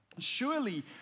surely